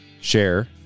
share